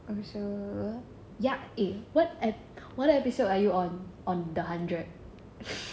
also ya eh what ep~ what episode are you on on the hundred